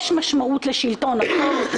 יש משמעות לשלטון החוק.